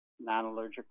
non-allergic